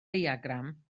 diagram